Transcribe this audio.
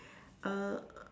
err